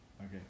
Okay